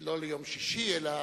לא ליום שישי אלא